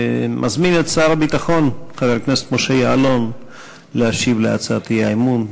אני מזמין את שר הביטחון חבר הכנסת משה יעלון להשיב על הצעת האי-אמון.